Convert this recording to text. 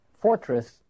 fortress